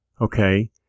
okay